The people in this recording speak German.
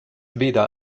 weder